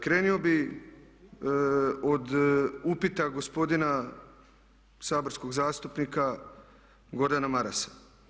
Krenuo bih od upita gospodina saborskog zastupnika Gordana Marasa.